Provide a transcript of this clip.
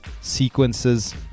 sequences